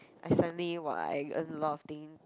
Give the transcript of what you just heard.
I suddenly !wah! I earn a lot of thing